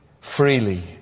freely